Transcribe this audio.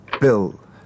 Bill